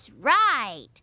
right